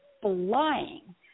flying